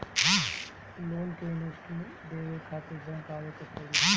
Loan के interest देवे खातिर बैंक आवे के पड़ी?